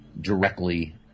directly